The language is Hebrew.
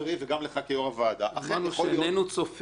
לך כיושב-ראש הוועדה- - אמרתי כמה פעמים